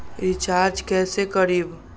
Recharge कैसे करीब?